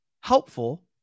helpful